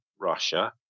Russia